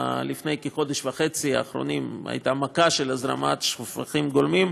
לפני כחודש וחצי הייתה מכה של הזרמת שפכים גולמיים,